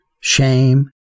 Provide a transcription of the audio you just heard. shame